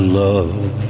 love